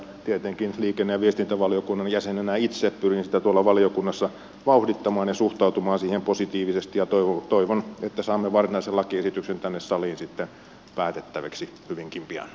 tietenkin liikenne ja viestintävaliokunnan jäsenenä itse pyrin sitä tuolla valiokunnassa vauhdittamaan ja suhtautumaan siihen positiivisesti ja toivon että saamme varsinaisen lakiesityksen tänne saliin sitten päätettäväksi hyvinkin pian